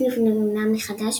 הסניף נבנה מחדש,